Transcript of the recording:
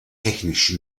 technisch